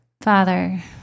Father